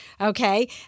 okay